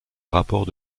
rapport